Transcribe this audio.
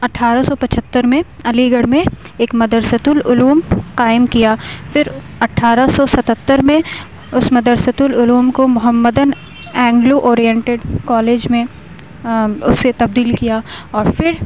اٹھارہ سو پچہتر میں علی گڑھ میں ایک مدرسۃ العلوم قائم کیا پھر اٹھارہ سو ستہتر میں اُس مدرسۃ العلوم کو محمدن اینگلو اوریئنٹیڈ کالج میں اُسے تبدیل کیا اور پھر